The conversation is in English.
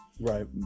right